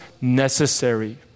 necessary